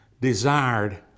desired